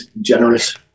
generous